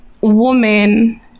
woman